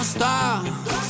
stop